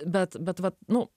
bet bet vat nu